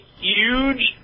huge